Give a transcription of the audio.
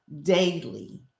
daily